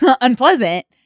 unpleasant